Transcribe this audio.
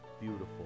beautiful